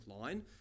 line